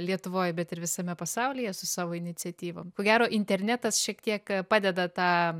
lietuvoj bet ir visame pasaulyje su savo iniciatyvom ko gero internetas šiek tiek padeda tą